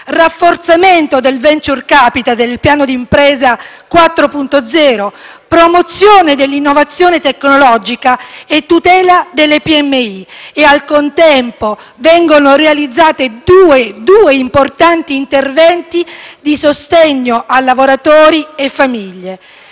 rafforzamento del *ventures capital* del piano Impresa 4.0, promozione dell'innovazione tecnologica e tutela delle piccole e medie imprese. Al contempo, vengono realizzati due importanti interventi di sostegno a lavoratori e famiglie: